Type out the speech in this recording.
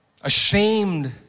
Ashamed